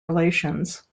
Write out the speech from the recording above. relations